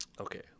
Okay